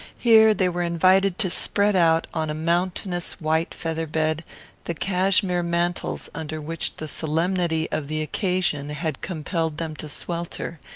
here they were invited to spread out on a mountainous white featherbed the cashmere mantles under which the solemnity of the occasion had compelled them to swelter,